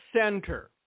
center